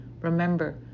Remember